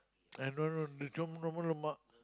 and no no the chiong normal lemak